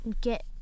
get